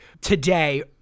today